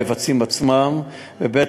לגבי המבצעים עצמם, ב.